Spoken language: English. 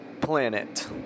planet